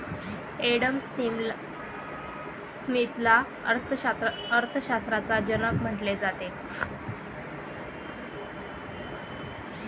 Adam स्मिथला अर्थशास्त्राचा जनक म्हटले जाते